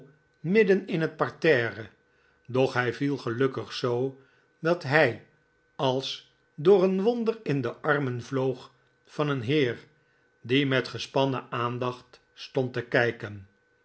midden in het parterre doch hij viel gelukkig zoo dat hi als door een wonder in de armen vloog van een heer die met gespannen aandacht stond te kijken